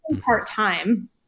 part-time